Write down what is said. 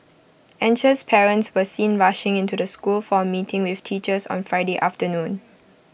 anxious parents were seen rushing into the school for A meeting with teachers on Friday afternoon